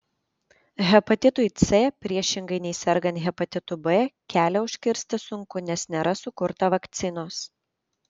hepatitui c priešingai nei sergant hepatitu b kelią užkirsti sunku nes nėra sukurta vakcinos